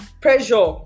pressure